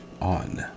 on